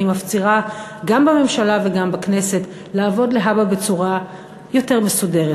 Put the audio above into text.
אני מפצירה גם בממשלה וגם בכנסת לעבוד להבא בצורה יותר מסודרת,